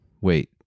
wait